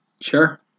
Sure